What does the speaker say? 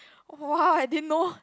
[wah] I didn't know